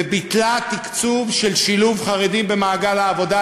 והיא ביטלה תקצוב של שילוב חרדים במעגל העבודה,